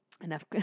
enough